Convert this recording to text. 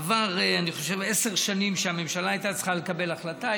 אני חושב שעברו עשר שנים שבהן הממשלה הייתה צריכה לקבל החלטה,